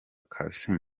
kassim